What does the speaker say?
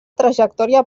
trajectòria